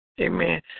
Amen